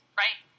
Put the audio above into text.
right